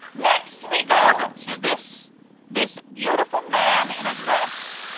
next, we go to this this beautiful man in a dress.